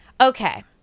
Okay